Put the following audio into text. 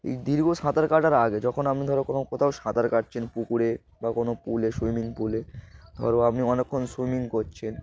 এই দীর্ঘ সাঁতার কাটার আগে যখন আপনি ধরো কোনো কোথাও সাঁতার কাটছেন পুকুরে বা কোনো পুলে সুইমিং পুলে ধরো আপনি অনেকক্ষণ সুইমিং করছেন